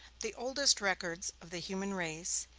the oldest records of the human race,